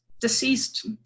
deceased